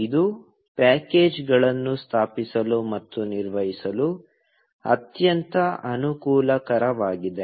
ಇದು ಪ್ಯಾಕೇಜ್ಗಳನ್ನು ಸ್ಥಾಪಿಸಲು ಮತ್ತು ನಿರ್ವಹಿಸಲು ಅತ್ಯಂತ ಅನುಕೂಲಕರವಾಗಿದೆ